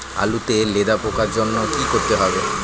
আলুতে লেদা পোকার জন্য কি করতে হবে?